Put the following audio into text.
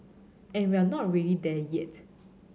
and we're not really there yet